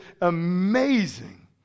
amazing